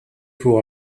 who